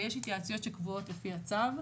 ויש התייעצויות שקבועות לפי הצו.